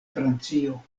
francio